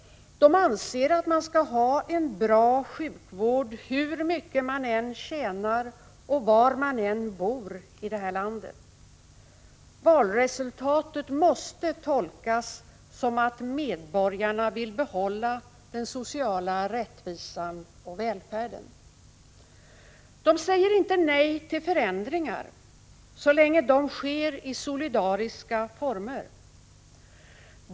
De anser att man skall få en bra sjukvård hur mycket man än tjänar och var man än bor i landet. Valresultatet måste tolkas som att medborgarna vill behålla den sociala rättvisan och välfärden. De säger inte nej till förändringar — så länge dessa sker i solidariska former.